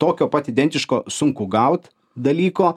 tokio pat identiško sunku gaut dalyko